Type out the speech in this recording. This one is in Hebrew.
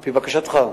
על-פי בקשתך.